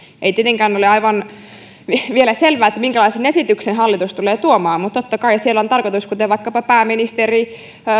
ei tietenkään ole vielä aivan selvä minkälaisen esityksen hallitus tulee tuomaan mutta totta kai siellä on tarkoitus kuten vaikkapa pääministeri